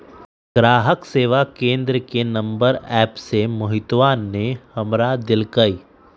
ग्राहक सेवा केंद्र के नंबर एप्प से मोहितवा ने हमरा देल कई